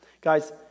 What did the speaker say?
Guys